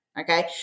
Okay